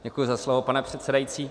Děkuji za slovo, pane předsedající.